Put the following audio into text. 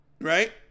Right